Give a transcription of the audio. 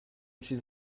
suis